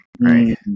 right